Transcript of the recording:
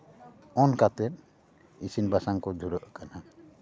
ᱚᱱ ᱠᱟᱛᱮᱫ ᱤᱥᱤᱱ ᱵᱟᱥᱟᱝ ᱠᱚ ᱫᱷᱩᱨᱟᱹᱜ ᱠᱟᱱᱟ